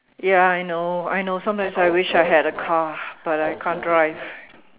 ya I know I know sometimes I wish I had a car but I can't drive